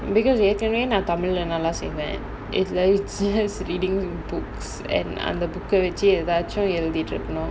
because ஏற்கனேயே நான்:erkanayae naan tamil leh நல்லா செய்வேன்:nallaa seivaen it's like just reading books and under அந்த:antha book eh வெச்சி எதாச்சும் எழுதிட்டு இருக்கனும்:vechi ethachum ezhuthitu irukanum